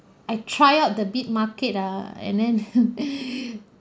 I try out the bid market ah and then